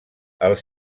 els